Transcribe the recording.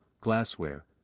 glassware